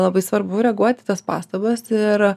labai svarbu reaguoti į tas pastabas ir